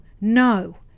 no